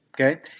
Okay